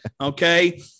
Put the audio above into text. Okay